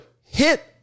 hit